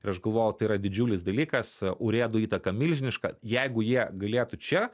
ir aš galvojau tai yra didžiulis dalykas urėdų įtaką milžiniška jeigu jie galėtų čia